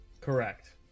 Correct